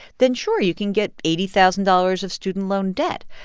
then, sure, you can get eighty thousand dollars of student loan debt.